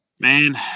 Man